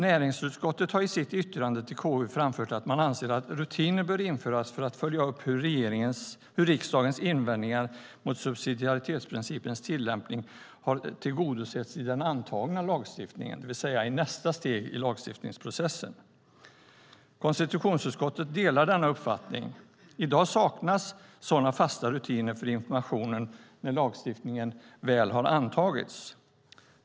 Näringsutskottet har i sitt yttrande till KU framfört att man anser att rutiner bör införas för att följa upp hur riksdagens invändningar mot subsidiaritetsprincipens tillämpning har tillgodosetts i den antagna lagstiftningen, det vill säga i nästa steg i lagstiftningsprocessen. Konstitutionsutskottet delar denna uppfattning. I dag saknas sådana fasta rutiner för informationen när lagstiftningen väl har antagits.